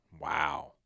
Wow